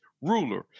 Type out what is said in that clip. Ruler